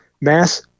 mass